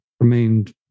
remained